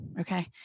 okay